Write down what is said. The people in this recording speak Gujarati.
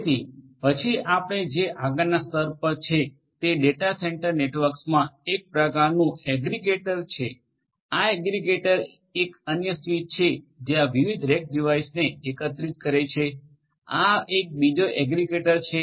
તેથી પછી આપણે જે આગળનાં સ્તર પર છે તે ડેટા સેન્ટર નેટવર્કમાં એક પ્રકારનું એગ્રિગિએટર છે આ એગ્રિગિએટર એક અન્ય સ્વિચ છે જે આ વિવિધ રેક ડિવાઇસીસને એકત્રીત કરે છે આ એક બીજો એગ્રીગ્રેટર છે